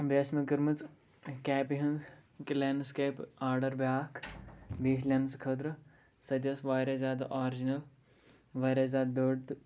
بیٚیہِ ٲس مےٚ کٔرمٕژ کیپہِ ہٕنٛز کہِ لینٕسکیپ آرڈَر بیٛاکھ بیٚیہِ لیٚنس خٲطرٕ سۄ تہِ ٲس واریاہ زیادٕ آرجِنَل واریاہ زیادٕ دٔر تہٕ